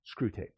Screwtape